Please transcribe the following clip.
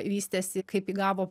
vystėsi kaip įgavo